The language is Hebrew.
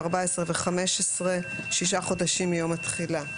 14 ו-15 ששה חודשים מיום התחילה.